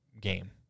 game